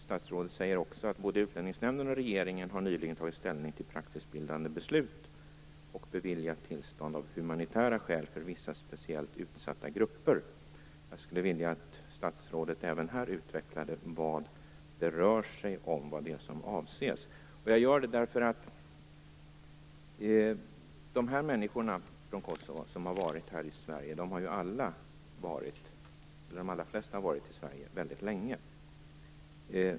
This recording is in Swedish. Statsrådet säger också att både Utlänningsnämnden och regeringen nyligen har tagit ställning till praxisbildande beslut och beviljat tillstånd av humanitära skäl för vissa speciellt utsatta grupper. Jag skulle vilja att statsrådet även här utvecklade vad det rör sig om - vad det är som avses. Jag gör det därför att de allra flesta av de människor från Kosova som har varit här i Sverige har varit här väldigt länge.